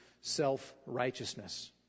self-righteousness